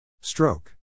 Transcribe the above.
Stroke